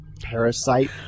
parasite